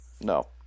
No